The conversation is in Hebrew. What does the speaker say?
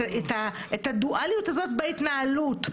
את הדואליות הזאת בהתנהלות.